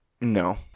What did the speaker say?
No